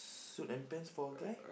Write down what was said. suit and pants for a guy